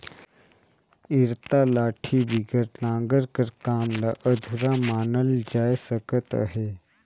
इरता लाठी बिगर नांगर कर काम ल अधुरा मानल जाए सकत अहे